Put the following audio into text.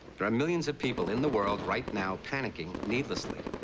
there are millio of people in the world right now panicking needlessly.